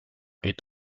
est